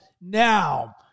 now